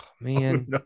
man